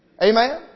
Amen